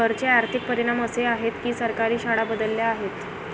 कर चे आर्थिक परिणाम असे आहेत की सरकारी शाळा बदलल्या आहेत